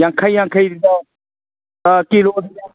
ꯌꯥꯡꯈꯩ ꯌꯥꯡꯈꯩꯗ ꯀꯤꯂꯣꯗ